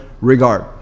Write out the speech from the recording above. regard